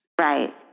Right